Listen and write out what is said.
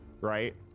right